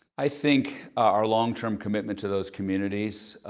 i think our long-term commitment to those communities,